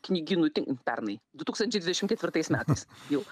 knygynų tin pernai du tūkstančiai dvidešim ketvirtais metais jau